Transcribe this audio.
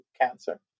cancer